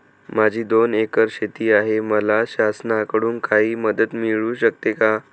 माझी दोन एकर शेती आहे, मला शासनाकडून काही मदत मिळू शकते का?